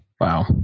Wow